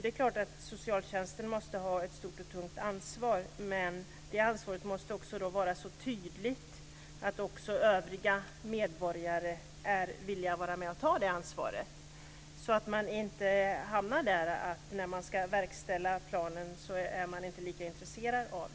Det är klart att socialtjänsten måste ha ett stort och tungt ansvar, men det ansvaret måste också vara så tydligt att också övriga medborgare är villiga att vara med och ta det. Man får inte hamna i det läget att man inte är lika intresserad av planen längre när den ska verkställas.